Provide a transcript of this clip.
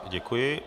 Děkuji.